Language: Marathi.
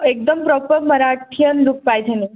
एकदम प्रॉपर मराठीयन लुक पाहिजे